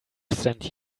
sent